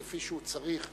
כפי שהוא צריך,